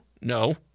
No